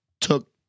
took